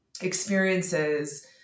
experiences